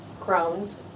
Crohn's